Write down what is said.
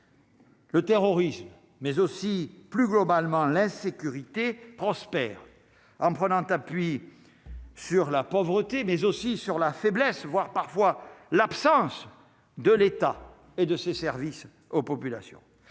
Le terrorisme mais aussi plus globalement l'insécurité prospère en prenant appui sur la pauvreté mais aussi sur la faiblesse, voire parfois l'absence de l'État et de ses services aux populations,